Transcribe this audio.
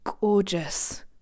gorgeous